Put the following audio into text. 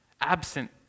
Absent